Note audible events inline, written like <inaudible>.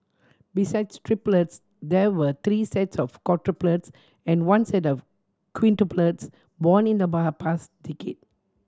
besides triplets there were three sets of quadruplets and one set of quintuplets born in the <unintelligible> half past decade